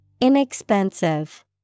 Inexpensive